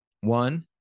One